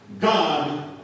God